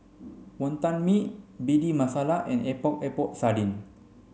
Wonton Mee Bhindi Masala and Epok Epok Sardin